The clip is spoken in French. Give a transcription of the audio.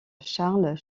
charles